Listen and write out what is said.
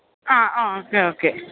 ആ ആ okay okay